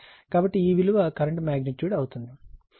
కాబట్టి ఈ విలువ కరెంట్ మ్యాగ్నెట్యూడ్ అవుతుంది